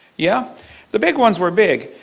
yeah the big ones were big,